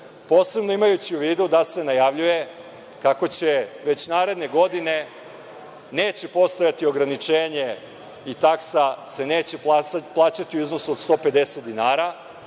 posebno imajući u vidu da se najavljuje kako već naredne godine neće postojati ograničenje i taksa se neće plaćati u iznosu od 150 dinara,